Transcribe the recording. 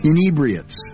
Inebriates